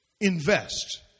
invest